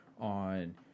on